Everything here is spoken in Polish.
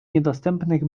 niedostępnych